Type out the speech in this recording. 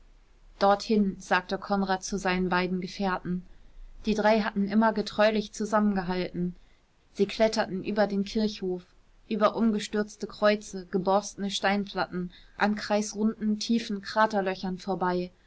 dorthin sagte konrad zu seinen beiden gefährten die drei hatten immer getreulich zusammengehalten sie kletterten über den kirchhof über umgestürzte kreuze geborstene steinplatten an kreisrunden tiefen kraterlöchern vorbei